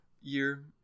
year